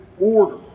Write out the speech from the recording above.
order